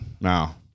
No